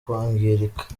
kwangirika